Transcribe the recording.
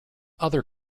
other